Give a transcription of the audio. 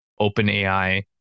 OpenAI